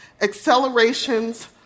accelerations